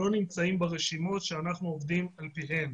לא נמצאים ברשימות שאנחנו עובדים על פיהן.